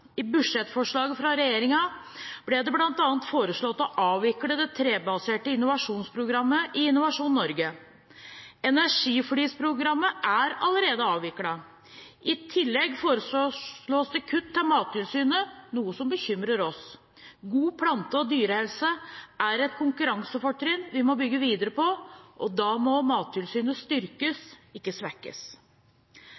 I budsjettforslaget fra regjeringen ble det bl.a. foreslått å avvikle det trebaserte innovasjonsprogrammet i Innovasjon Norge. Energiflisprogrammet er allerede avviklet. I tillegg blir det foreslått kutt til Mattilsynet, noe som bekymrer oss. God plante- og dyrehelse er et konkurransefortrinn vi må bygge videre på, og da må Mattilsynet styrkes, ikke svekkes.